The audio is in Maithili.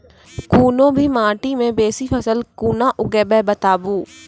कूनू भी माटि मे बेसी फसल कूना उगैबै, बताबू?